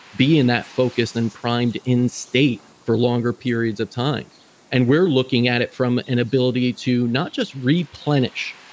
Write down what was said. be in that focused and primed end state for longer periods of time and we're looking at it from an ability to not just replenish,